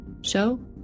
Show